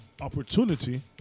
opportunity